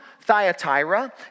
Thyatira